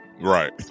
Right